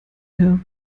herr